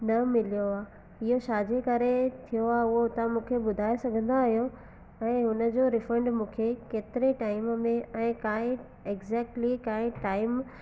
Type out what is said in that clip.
न मिलियो आहे इहो छाजे करे थियो आहे उहो मूंखे ॿुधाए सघंदा आहियो ऐं उन जो रिफंड मूंखे केतिरे टाइम में ऐं कांए एक्ज़ेक्टली कांए टाइम